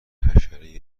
حشره